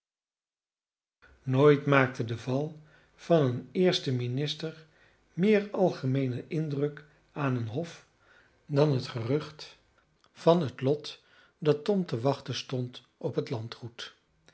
nooit maakte de val van een eersten minister meer algemeenen indruk aan een hof dan het gerucht van het lot dat tom te wachten stond op het landgoed